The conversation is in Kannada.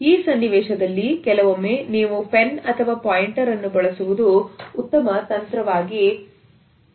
ಈ ಸನ್ನಿವೇಶದಲ್ಲಿ ಕೆಲವೊಮ್ಮೆ ನೀವು ಪೆನ್ ಅಥವಾ ಪಾಯಿಂಟನ್ನು ಬಳಸುವುದು ಉತ್ತಮ ಅತಂತ್ರವಾಗಿ ಕಾರ್ಯನಿರ್ವಹಿಸುತ್ತದೆ